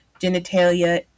genitalia